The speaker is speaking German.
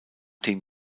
dem